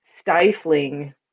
stifling